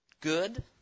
good